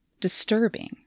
disturbing